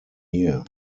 year